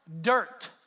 dirt